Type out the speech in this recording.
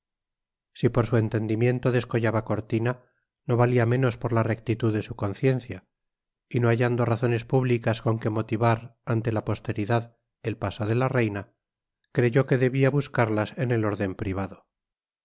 si por su entendimiento descollaba cortina no valía menos por la rectitud de su conciencia y no hallando razones públicas con que motivar ante la posteridad el paso de la reina creyó que debía buscarlas en el orden privado